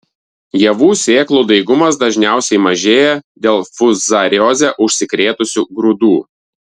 javų sėklų daigumas dažniausiai mažėja dėl fuzarioze užsikrėtusių grūdų